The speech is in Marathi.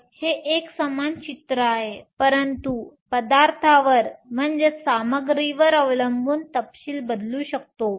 तर ते एक समान चित्र आहे परंतु पदार्थावर अवलंबून तपशील बदलू शकतो